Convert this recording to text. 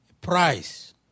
price